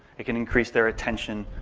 it can increase their attention,